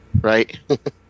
right